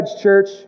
church